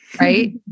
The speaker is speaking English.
Right